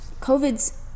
COVID's